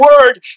word